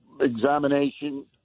examination